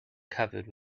covered